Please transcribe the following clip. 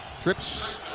Trips